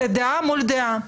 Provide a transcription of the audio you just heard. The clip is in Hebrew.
זה דעה מול דעה,